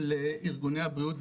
של ארגוני הבריאות,